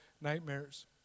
nightmares